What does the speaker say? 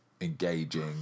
engaging